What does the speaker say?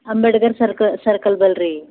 ಅಂಬೇಡ್ಕರ್ ಸರ್ಕ ಸರ್ಕಲ್ ಬಳಿ ರೀ